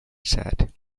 sad